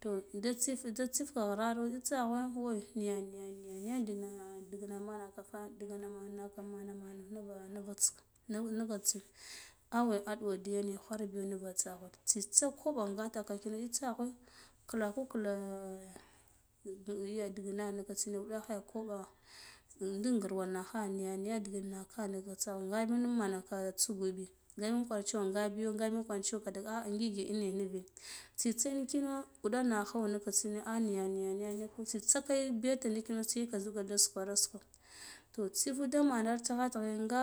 To da taif da tsika ghinaro ra tsgwa niya niya niya da na digina marakafa digina naka mena mena nuvata ka nighata awe aɗuwo diyane ava muke tsaghwara tsitsa kwoɓo ingata kino el ya tsaghwo klaku kla ya dighna nikatsine wudakha koɓa ndik ngurwa nakha niya niya niya dry naka naka tsaghwa ngabi manaka tsugu bi ngabin kwar cewa ngabi yo ngabin daka kwarcewa ah ngige ina nive jzitsa ino wuɗa nakha niken tsiyane ah niya niya niya aiko tsitsa ke beti ndekino ka djwako sukwa suko toh tsaf ude da manar tighe tighe nga